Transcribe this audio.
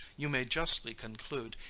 you may justly conclude,